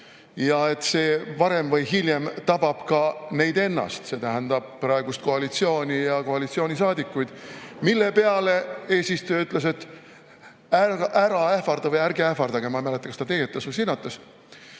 ja et varem või hiljem tabab see ka neid ennast, see tähendab praegust koalitsiooni ja koalitsioonisaadikuid, mille peale eesistuja ütles, et ära ähvarda või ärge ähvardage – ma ei mäleta, kas ta teietas või sinatas